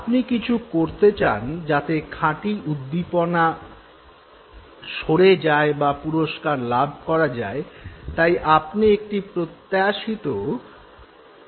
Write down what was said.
আপনি কিছু করতে চান যাতে খাঁটি উদ্দীপনা সরে যায় বা পুরস্কার লাভ করা যায় তাই আপনি একটি প্রত্যাশিত প্রতিক্রিয়া দিলেন